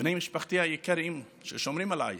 בני משפחתי היקרים, ששומרים עליי,